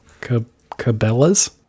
cabela's